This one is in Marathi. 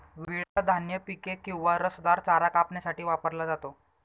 विळा धान्य पिके किंवा रसदार चारा कापण्यासाठी वापरला जातो